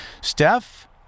Steph